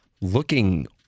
looking